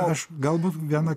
aš galbūt vieną